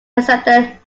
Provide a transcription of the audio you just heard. alexander